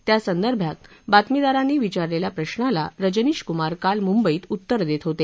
त्यासंदर्भात बातमीदारांनी विचारलेल्या प्रशाला रजनीश कुमार काल मुंबईत उत्तर देत होते